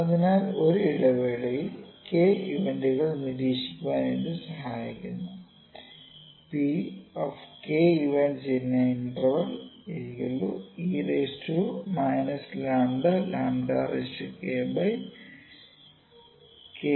അതിനാൽ ഒരു ഇടവേളയിൽ 'k' ഇവന്റുകൾ നിരീക്ഷിക്കാൻ ഇത് സഹായിക്കുന്നു P e λkk